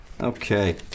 Okay